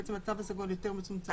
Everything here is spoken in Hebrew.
בעצם התו הסגול יותר מצומצם.